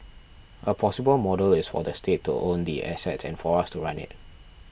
a possible model is for the state to own the assets and for us to run it